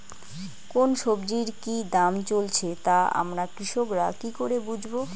কোন সব্জির কি দাম চলছে তা আমরা কৃষক রা কি করে বুঝবো?